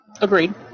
Agreed